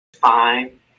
fine